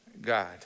God